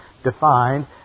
defined